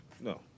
No